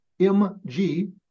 mg